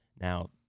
Now